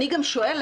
אני גם שואלת